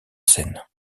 scène